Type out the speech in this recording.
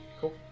cool